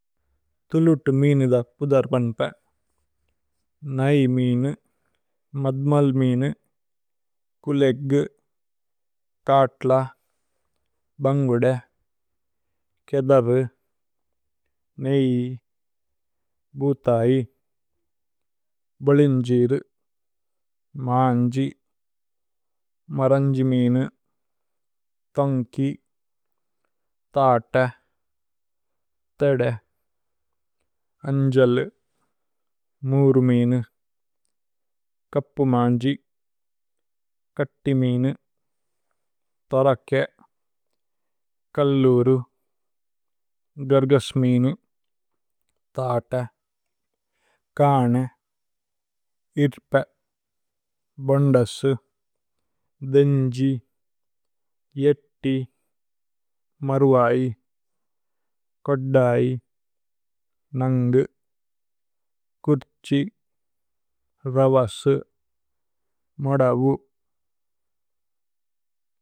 ഥുലുതു മീനു ഥപ്പു ദര്പന്പേ, നഏ മേനു। മദ്മല് മീനു, കുലേഗു, കത്ല, ബന്ഗുദേ। കേഥരു, നേഇ, ബുഥൈ, ബലിന്ജീരു, മാന്ജി। മരന്ജി മീനു, ഥന്ഖി, തത, തധേ। അന്ജലു, മൂര്മീനു, കപു മാന്ജി, കത്തി। മീനു, തരകേ, കല്ലുരു, ഗര്ഗസ്മീനു, തത। കന, ഇര്പേ, ബുന്ദസു, ദേന്ജി, യത്തി, മരുഐ। കോദ്ദൈ, നന്ഗു, കുര്ഛി, വവസു, മദവു।